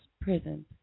prisons